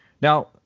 Now